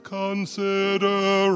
consider